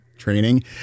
training